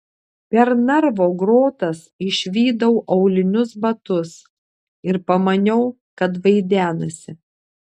per narvo grotas išvydau aulinius batus ir pamaniau kad vaidenasi